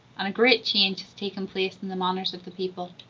and a great change has taken place in the manners of the people.